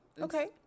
okay